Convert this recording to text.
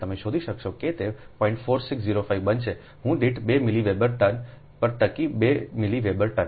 4605 બનશે હું દીઠ 2 મેલી દીવર પર ટકી 2 મિલ વેવર ટન